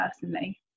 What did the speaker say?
personally